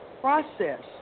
process